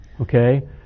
okay